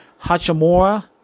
Hachimura